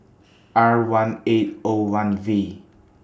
R one eight O one V